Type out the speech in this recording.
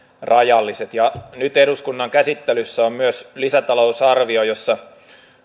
rajalliset nyt eduskunnan käsittelyssä on myös lisätalousarvio jossa